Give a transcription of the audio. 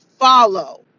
follow